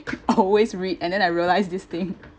always read and then I realise this thing